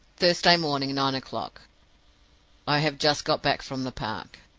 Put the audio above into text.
thursday morning, nine o'clock i have just got back from the park.